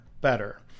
Better